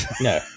No